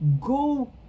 go